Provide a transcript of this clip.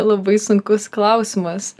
labai sunkus klausimas